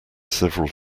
several